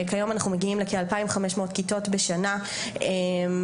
כיום אנחנו מגיעים לכ-2,500 כיתות בשנה ומייצרים